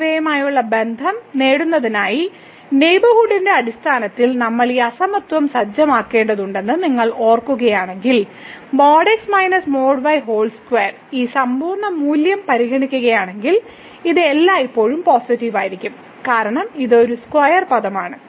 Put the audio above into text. എന്നിവയുമായുള്ള ബന്ധം നേടുന്നതിനായി നെയ്ബർഹുഡിന്റെ അടിസ്ഥാനത്തിൽ നമ്മൾ ഈ അസമത്വം സജ്ജമാക്കേണ്ടതുണ്ടെന്ന് നിങ്ങൾ ഓർക്കുന്നുവെങ്കിൽ ഈ സമ്പൂർണ്ണ മൂല്യം പരിഗണിക്കുകയാണെങ്കിൽ ഇത് എല്ലായ്പ്പോഴും പോസിറ്റീവ് ആയിരിക്കും കാരണം ഇത് ഒരു സ്ക്വയർ പദമാണ്